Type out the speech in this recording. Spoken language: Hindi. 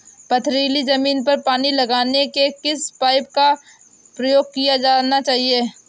पथरीली ज़मीन पर पानी लगाने के किस पाइप का प्रयोग किया जाना चाहिए?